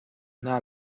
hna